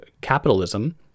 capitalism